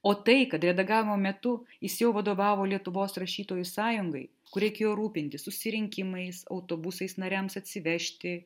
o tai kad redagavimo metu jis jau vadovavo lietuvos rašytojų sąjungai kur reikėjo rūpintis susirinkimais autobusais nariams atsivežti